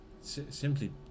simply